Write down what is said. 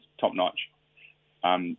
top-notch